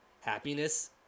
happiness